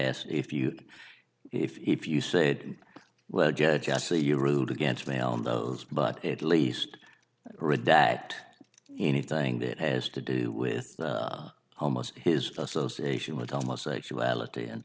said if you if you say well jesse you root against me on those but it least redact anything that has to do with almost his association with homosexuality and